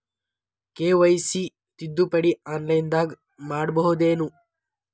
KYC ತಿದ್ದುಪಡಿ ಆನ್ಲೈನದಾಗ್ ಮಾಡ್ಬಹುದೇನು?